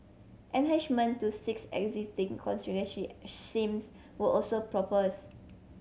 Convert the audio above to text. enhancement to six existing shames were also proposed